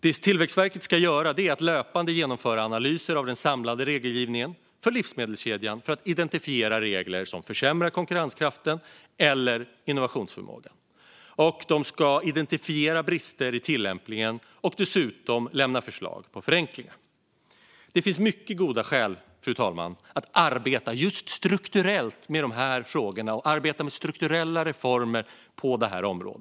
Det Tillväxtverket ska göra är att löpande genomföra analyser av den samlade regelgivningen för livsmedelskedjan för att identifiera regler som försämrar konkurrenskraften eller innovationsförmågan. De ska identifiera brister i tillämpningen och dessutom lämna förslag på förenklingar. Det finns mycket goda skäl, fru talman, att arbeta strukturellt med de här frågorna och att arbeta med strukturella reformer på det här området.